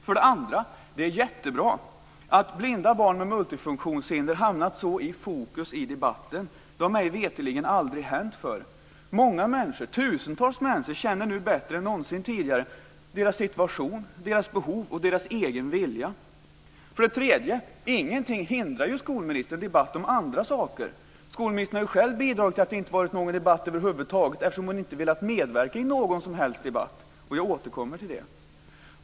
För det andra är det jättebra att blinda barn med multifunktionshinder hamnat så i fokus i debatten. Det har mig veterligen aldrig hänt förr. Tusentals människor känner nu till bättre än någonsin tidigare deras situation, deras behov och deras egen vilja. För det tredje: Ingenting hindrar skolministern ha debatt om andra saker. Skolministern har själv bidragit till att det inte varit någon debatt över huvud taget, eftersom hon inte velat medverka i någon som helst debatt. Jag återkommer till det.